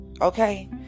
Okay